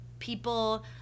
people